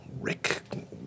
Rick